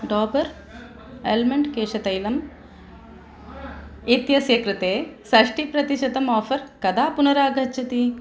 Dabur almond केशतैलम् इत्यस्य कृते षष्टिप्रतिशतम् आफ़र् कदा पुनरागच्छति